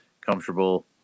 comfortable